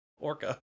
Orca